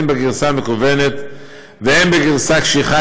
הן בגרסה מקוונת והן בגרסה קשיחה,